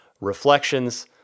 Reflections